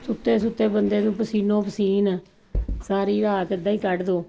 ਸੁੱਤੇ ਸੁੱਤੇ ਬੰਦੇ ਨੂੰ ਪਸੀਨੋ ਪਸੀਨ ਸਾਰੀ ਰਾਤ ਇੱਦਾ ਈ ਕੱਢ ਦੋ